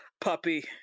puppy